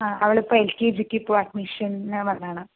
ആ അവളിപ്പോൾ L K ജിക്കിപ്പോൾ അഡ്മിഷന് വന്നതാണ്